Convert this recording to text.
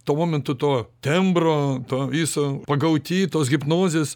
tuo momentu to tembro to viso pagauti tos hipnozės